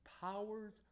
powers